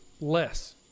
less